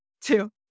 two